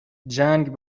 جنگ